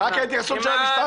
זה רק ההתייחסות של המשטרה?